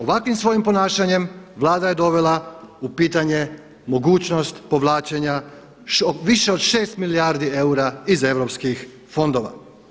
Ovakvim svojim ponašanjem Vlada je dovela u pitanje mogućnost povlačenja više od 6 milijardi eura iz europskih fondova.